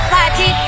Party